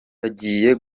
bagiye